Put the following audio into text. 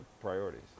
priorities